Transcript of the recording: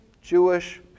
Jewish